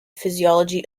physiology